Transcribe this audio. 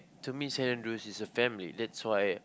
to me Saint-Andrew's is a family that's why